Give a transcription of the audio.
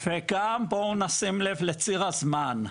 וגם בואו נשים לב לציר הזמן.